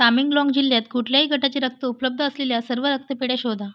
तामेंगलाँग जिल्ह्यात कुठल्याही गटाचे रक्त उपलब्ध असलेल्या सर्व रक्तपेढ्या शोधा